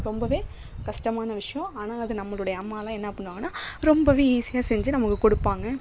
ரொம்பவே கஷ்டமான விஷயம் ஆனால் அது நம்மளுடைய அம்மாவெல்லாம் என்ன பண்ணுவாங்கன்னால் ரொம்பவே ஈஸியாக செஞ்சு நமக்கு கொடுப்பாங்க